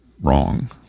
wrong